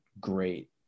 great